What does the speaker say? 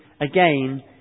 again